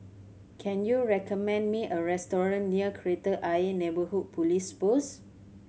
can you recommend me a restaurant near Kreta Ayer Neighbourhood Police Post